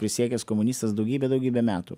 prisiekęs komunistas daugybę daugybę metų